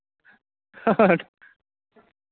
ᱦᱳᱭ